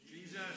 Jesus